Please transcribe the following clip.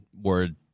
word